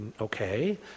okay